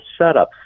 setups